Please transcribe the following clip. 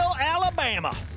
Alabama